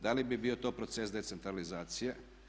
Da li bi bio to proces decentralizacije?